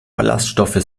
ballaststoffe